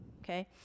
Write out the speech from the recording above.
Okay